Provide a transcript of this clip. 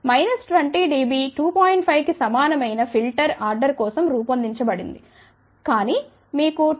5 కి సమానమైన filter order కోసం పొందబడింది కానీ మీకు 2